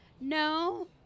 No